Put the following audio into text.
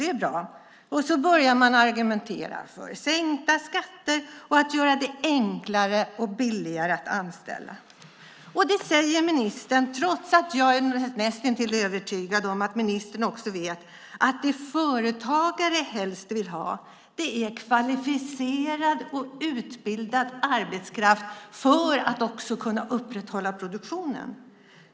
Det är bra. Men så börjar man argumentera för sänkta skatter och att göra det enklare och billigare att anställa. Det säger ministern trots att jag är näst intill övertygad om att han också vet att det företagare helst vill ha är kvalificerad och utbildad arbetskraft för att kunna upprätthålla produktionen.